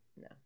No